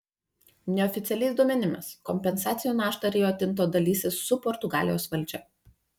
neoficialiais duomenimis kompensacijų naštą rio tinto dalysis su portugalijos valdžia